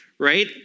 right